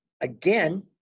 Again